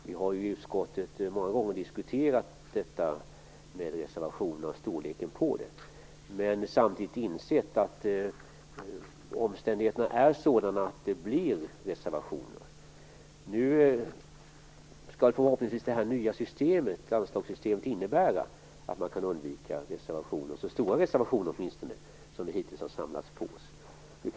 Vi har i utskottet många gånger diskuterat detta med reservationer och storleken på dem. Samtidigt har vi insett att omständigheterna är sådana att det uppstår reservationer. Det nya landramssystemet skall förhoppningsvis innebära att man kan undvika så stora reservationer som vi hittills har samlat på oss.